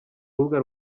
rubuga